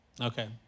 Okay